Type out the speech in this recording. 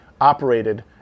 operated